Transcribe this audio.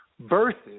versus